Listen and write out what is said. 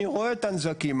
אני רואה את הנזקים.